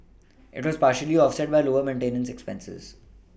it was partially offset by lower maintenance expenses